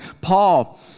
Paul